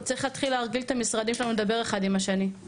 צריך להתחיל להרגיל את המשרדים שלנו לדבר אחד עם השני.